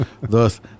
Thus